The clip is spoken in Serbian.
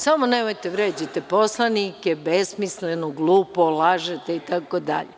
Samo nemojte da vređate poslanike, besmisleno, glupo, lažete, itd.